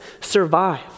survive